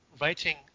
writing